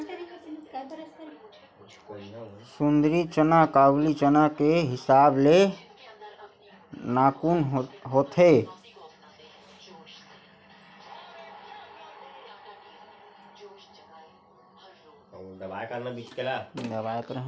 सुंदरी चना काबुली चना के हिसाब ले नानकुन होथे